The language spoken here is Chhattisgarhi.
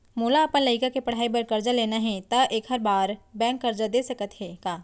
मोला अपन लइका के पढ़ई बर करजा लेना हे, त एखर बार बैंक करजा दे सकत हे का?